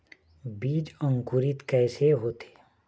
बीज अंकुरित कैसे होथे?